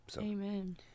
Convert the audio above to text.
Amen